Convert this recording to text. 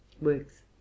works